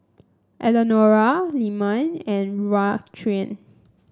Eleonora Lyman and Raquan